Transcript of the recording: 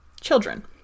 children